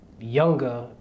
younger